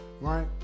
right